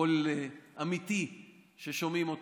קול אמיתי ששומעים אותו.